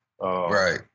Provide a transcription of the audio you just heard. right